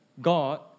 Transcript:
God